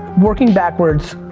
working backwards,